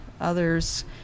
others